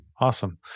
awesome